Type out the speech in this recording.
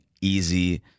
easy